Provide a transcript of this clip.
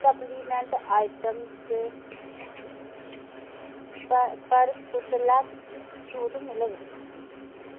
supplement आइटमें पर कुसलै छूट मिलग